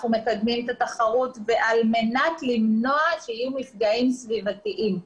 אנחנו מקדמים את התחרות ועל מנת למנוע קיום מפגעים סביבתיים.